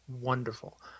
wonderful